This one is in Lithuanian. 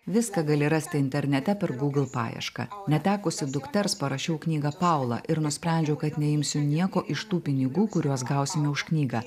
viską gali rasti internete per gūgle paiešką netekus dukters parašiau knygą paula ir nusprendžiau kad neimsiu nieko iš tų pinigų kuriuos gausime už knygą